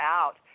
out